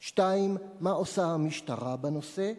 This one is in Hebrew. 2. מה עושה המשטרה בנושא?